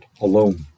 alone